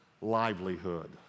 livelihood